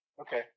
Okay